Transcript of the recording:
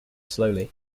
slowly